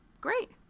great